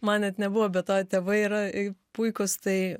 man net nebuvo be to tėvai yra puikūs tai